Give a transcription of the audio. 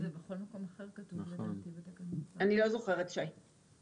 אני לא זוכרת, שי.